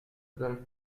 than